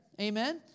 Amen